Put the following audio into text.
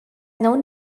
known